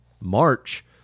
March